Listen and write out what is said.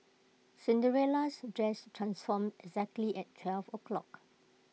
Cinderella's dress transformed exactly at twelve o'clock